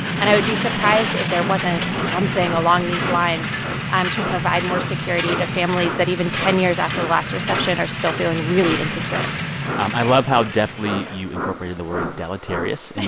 and i would be surprised if there wasn't something along these lines um to provide more security to families that even ten years after the last recession are still feeling really insecure um i love how deftly you incorporated the word deleterious in